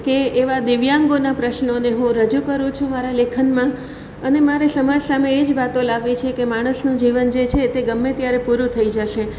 કે એવા દિવ્યાંગોના પ્રશ્નોને હું રજૂ કરું છું મારા લેખનમાં અને મારે સમાજ સામે એ જ વાતો લાવવી છે કે માણસનું જીવન જે છે તે ગમે ત્યારે પૂરું થઈ જશે